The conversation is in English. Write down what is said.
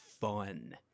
fun